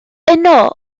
yno